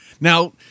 Now